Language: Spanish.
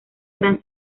gran